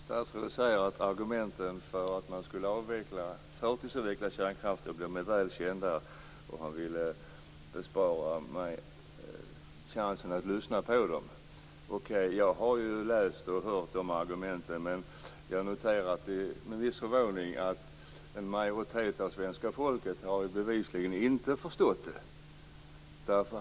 Fru talman! Statsrådet säger att argumenten för att förtidsavveckla kärnkraften är väl kända och vill bespara mig chansen att lyssna på dem. Okej, jag har läst och hört de argumenten. Men jag noterar med viss förvåning att en majoritet av svenska folket bevisligen inte har förstått dem.